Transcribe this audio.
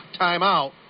timeout